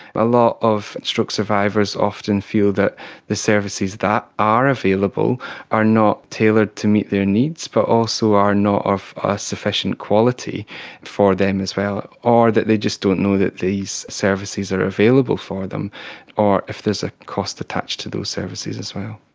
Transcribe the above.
a lot of stroke survivors often feel that the services that are available are not tailored to meet their needs but also are not of a sufficient quality for them as well, or that they just don't know that these services are available for them or if there is a cost attached to those services as well.